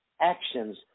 actions